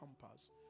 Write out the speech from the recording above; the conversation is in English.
compass